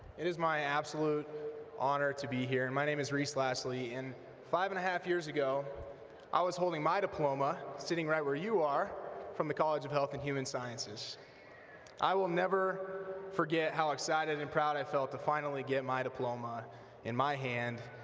it is my absolute honor to be here, my name is reese lasley and five and half years ago i was holding my diploma sitting right where you are from the college of health and human sciences i will never forget how excited and proud i felt to finally get my diploma in my hand,